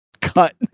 cut